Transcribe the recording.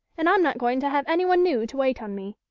and i'm not going to have anyone new to wait on me.